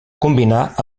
combinar